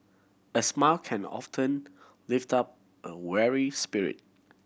a smile can often lift up a weary spirit